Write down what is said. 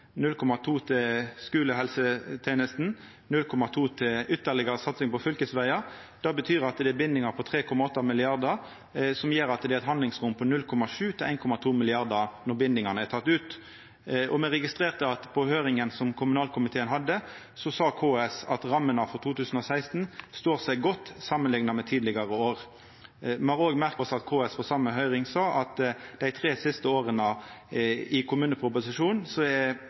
0,2 mrd. kr til skulehelsetenesta og 0,2 mrd. kr til ytterlegare satsing på fylkesvegar. Det betyr at det er bindingar på 3,8 mrd. kr, som gjer at det er eit handlingsrom på 0,7–1,2 mrd. kr når bindingane er tekne ut. Me registrerte at på høyringa som kommunalkomiteen hadde, sa KS at rammene for 2016 står seg godt samanlikna med tidlegare år. Me har òg merka oss at KS på den same høyringa sa at dei tre siste åra har det i kommuneproposisjonen